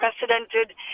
unprecedented